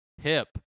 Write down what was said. hip